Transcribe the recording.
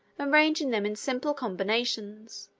arranging them in simple combinations,